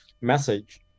message